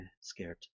scared